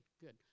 good